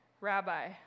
Rabbi